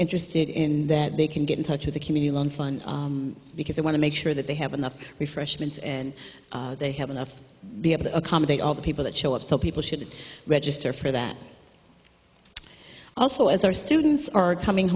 interested in that they can get in touch with the community on fun because they want to make sure that they have enough refreshments and they have enough to be able to accommodate all the people that show up so people should register for that also as our students are coming